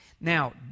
Now